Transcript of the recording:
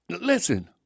listen